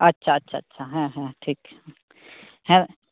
ᱟᱪᱪᱷᱟ ᱟᱪᱪᱷᱟ ᱟᱪᱪᱷᱟ ᱦᱮᱸ ᱦᱮᱸ ᱴᱷᱤᱠ ᱦᱮᱸ